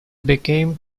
became